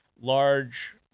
large